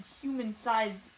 human-sized